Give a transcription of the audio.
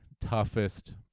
toughest